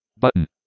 Button